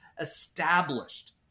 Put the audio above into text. established